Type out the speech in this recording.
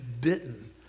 bitten